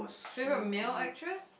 favourite male actress